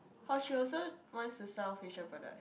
or she also wants to sell facial products